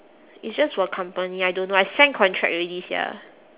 it's just for a company I don't know I sign contract already sia